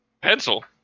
Pencil